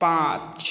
पाँच